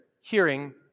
hearing